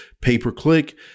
pay-per-click